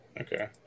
Okay